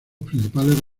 principales